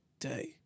day